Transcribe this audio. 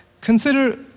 Consider